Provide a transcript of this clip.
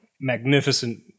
magnificent